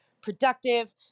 productive